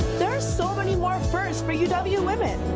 there are so many more firsts for uw uw women!